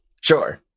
Sure